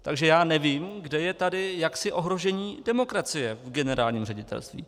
Takže já nevím, kde je tady jaksi ohrožení demokracie generálním ředitelstvím.